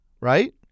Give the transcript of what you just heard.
right